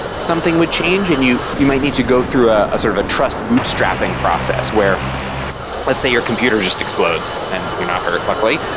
something would change and you you might need to go through ah a sort of a trust bootstrapping process where let's say your computer just explodes and you're not hurt, luckily,